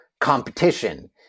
competition